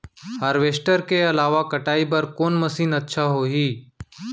Harvester के अलावा कटाई बर कोन मशीन अच्छा होही?